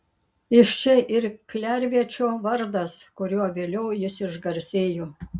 iš čia ir klerviečio vardas kuriuo vėliau jis išgarsėjo